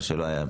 מה שלא היה.